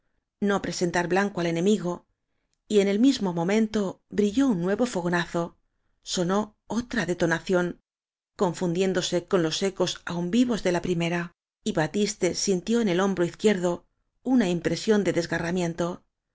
no presentar blanco al enemigo y en el mismo momento brilló un nuevo fogona zo sonó otra detonación confundiéndose con los ecos aún vivos de la primera y batiste sin tió en el hombro izquierdo una impresión de desgarramiento